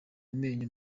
amenyo